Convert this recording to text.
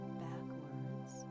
backwards